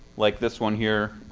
like this one here.